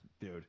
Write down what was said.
dude